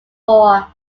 whole